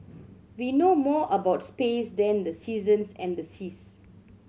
we know more about space than the seasons and the seas